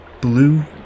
Blue